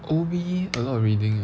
O_B a lot of reading eh